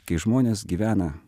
kai žmonės gyvena